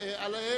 לתקנון הכנסת.